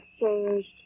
changed